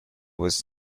was